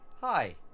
hi